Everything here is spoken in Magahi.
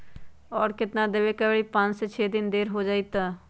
और केतना देब के परी पाँच से छे दिन देर हो जाई त?